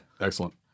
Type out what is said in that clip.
Excellent